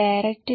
12 എടുക്കും